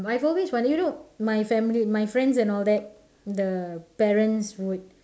I have always wondered you know my family my friends and all that the parents would